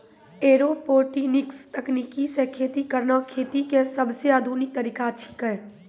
aeroponics तकनीक सॅ खेती करना खेती के सबसॅ आधुनिक तरीका छेकै